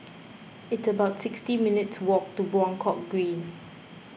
it's about sixty minutes' walk to Buangkok Green